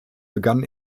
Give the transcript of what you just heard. begann